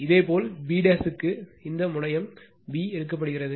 இதேபோல் b க்கு இந்த முனையம் b எடுக்கப்படுகிறது